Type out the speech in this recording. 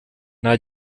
nta